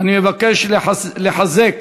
אני מבקש לחזק